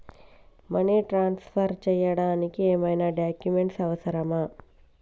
Money transfer చేయడానికి ఏమైనా documents అవసరమా?